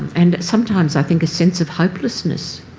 and sometimes, i think, a sense of hopelessness.